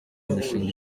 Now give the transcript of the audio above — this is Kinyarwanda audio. mishinga